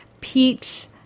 peach